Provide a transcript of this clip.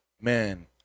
man